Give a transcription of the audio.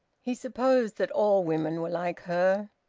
he supposed that all women were like her.